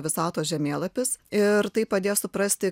visatos žemėlapis ir tai padės suprasti